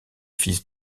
fils